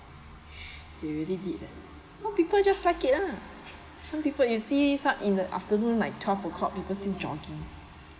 they already did [eh]so people just start it [lah]some people you see start in the afternoon like twelve o'clock people still jogging